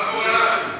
מה קורה,